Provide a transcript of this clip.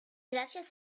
gracias